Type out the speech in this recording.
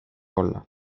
olla